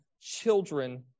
children